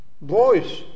voice